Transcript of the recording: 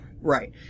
Right